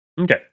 Okay